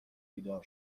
بیدار